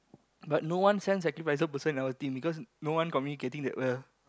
but no one send sacrificer person in our team because no one communicating that well